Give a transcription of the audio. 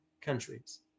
countries